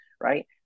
right